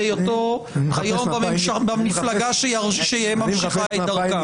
והיותו היום במפלגה שממשיכה את דרכה.